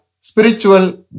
spiritual